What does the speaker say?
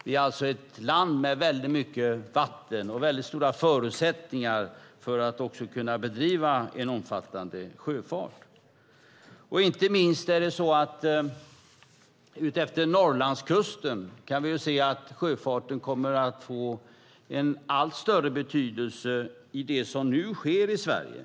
Vi är alltså ett land med väldigt mycket vatten och väldigt stora förutsättningar för att också kunna bedriva en omfattande sjöfart. Inte minst kan vi utefter Norrlandskusten se att sjöfarten kommer att få en allt större betydelse i det som nu sker i Sverige.